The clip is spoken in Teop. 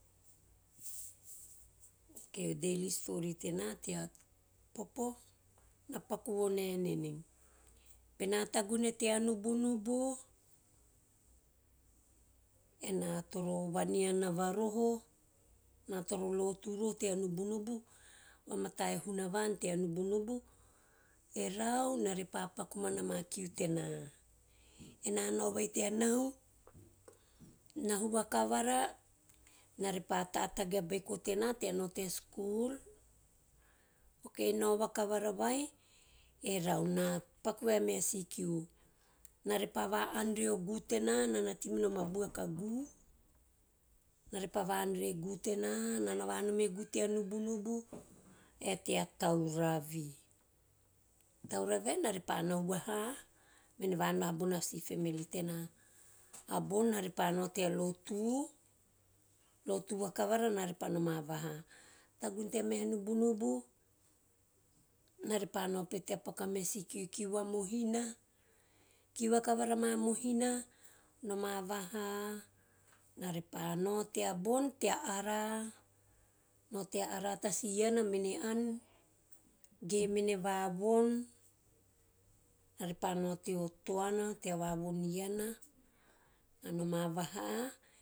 Okay a daily story tena tea popo na paku vo naenei, bena tagune tea nubunubu ena toro vaneava roho, ena toro lotu roho tea nubunubu, vamate e hunuvan tea nubunubu erau ena repa paku mana ma kiu tena, ena nao vai tea nahu, nahu vakavara ena repa tatagi a beiko tena tea nao tea skul. Okay nao vakavara vai evau ena paku vai a meha si kiu ena repa va an reo gu`u tena ena tei minom a buaka gu`u, na repa va ann reo gu`u tena. Nana va an hom o gu`u tea nubunubu ae tea tauravi. Tauravi vai ena repa nahu vaha mene va an vaha bona si family tena. A bon ena repa nao tea lotu, lotu vakavara ena repa noma vaha. Tagune tea meha nubunubu na repa nao pete tea paku to meha si kiu, kiu va mohina, kiu vakavara ma mohina noma vaha ena repa nao teabon tea ara ta si iana mene ann ge mene vanom, ena repa nao tea toana tea vavon iana, bena noma vaha.